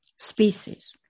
species